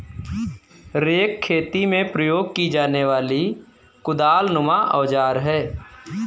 rake खेती में प्रयोग की जाने वाली कुदालनुमा औजार है